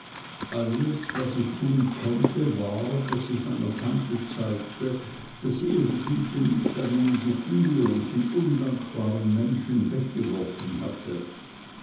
alles was ich tun konnte war daß ich meiner tante zeigte daß sie ihre güte nicht an einen gefühllosen undankbaren menschen weggeworfen hatte